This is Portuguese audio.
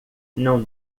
não